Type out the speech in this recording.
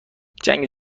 جنگ